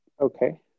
okay